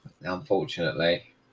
Unfortunately